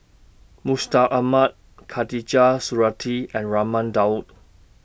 Mustaq Ahmad Khatijah Surattee and Raman Daud